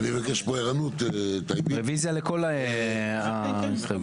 רביזיה לכל ההסתייגויות.